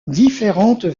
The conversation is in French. différentes